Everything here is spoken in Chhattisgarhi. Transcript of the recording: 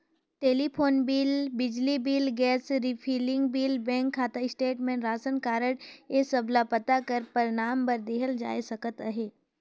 टेलीफोन बिल, बिजली bill, gas refilling bill, bank खाता स्टेटमेंट, रासन कारड ए सब ल पता कर परमान बर देहल जाए सकत अहे